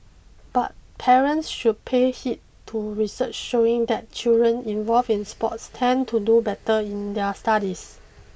but parents should pay heed to research showing that children involved in sports tend to do better in their studies